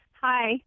Hi